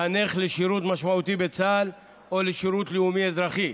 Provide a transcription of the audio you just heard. לחנך לשירות משמעותי בצה"ל או לשירות לאומי-אזרחי.